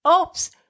Oops